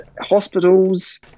hospitals